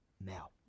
now